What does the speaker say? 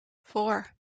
four